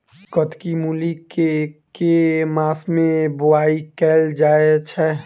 कत्की मूली केँ के मास मे बोवाई कैल जाएँ छैय?